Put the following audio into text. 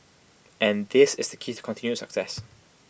and this is the keys to continued success